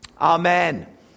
amen